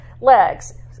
legs